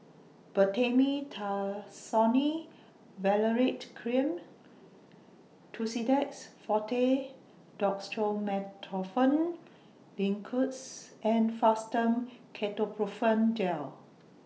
Betamethasone Valerate Cream Tussidex Forte Dextromethorphan Linctus and Fastum Ketoprofen Gel